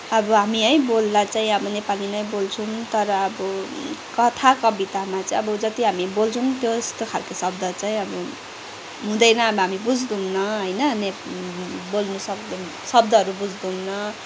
अब हामी है बोल्दा चाहिँ अब नेपाली नै बोल्छौँ तर अब कथा कवितामा चाहिँ अब जति हामी बोल्छौँ त्यस्तो खालको शब्द चाहिँ अब हुँदैन अब हामी बुझ्दैनौँ होइन नेपाली बोल्नु सक्दैन शब्दहरू बुझ्दैनौँ